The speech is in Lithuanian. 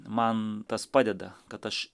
man tas padeda kad aš